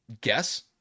Guess